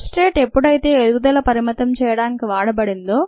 sub straight ఎప్పడైతే ఎదుగుదల పరిమితం చేయడానికి వాడబడిందో